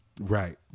Right